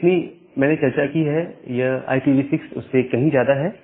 जितनी मैंने चर्चा की है यह IPv6 उससे कहीं ज्यादा है